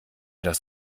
dass